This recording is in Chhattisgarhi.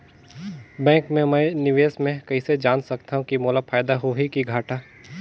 बैंक मे मैं निवेश मे कइसे जान सकथव कि मोला फायदा होही कि घाटा?